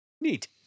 neat